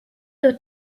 doit